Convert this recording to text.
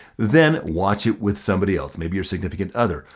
then watch it with somebody else, maybe your significant other.